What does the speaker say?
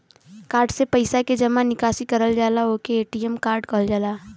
card से पइसा के जमा निकासी करल जाला ओके ए.टी.एम कार्ड कहल जाला